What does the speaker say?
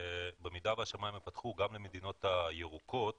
במידה והשמיים ייפתחו גם למדינות הירוקות